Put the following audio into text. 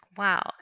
Wow